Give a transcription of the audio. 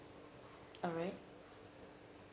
alright